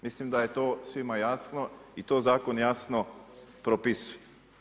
Mislim da je to svima jasno i to zakon jasno propisuje.